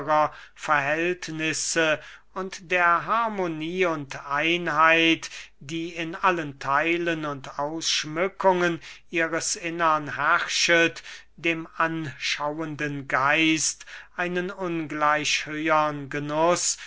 verhältnisse und der harmonie und einheit die in allen theilen und ausschmückungen ihres innern herrschet dem anschauenden geist einen ungleich höhern genuß